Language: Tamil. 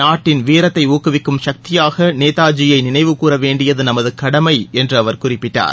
நாட்டின் வீரத்தை ஊக்குவிக்கும் சக்தியாக நேதாஜியை நினைவுகூற வேண்டியது நமது கடமை என்று அவர் குறிப்பிட்டார்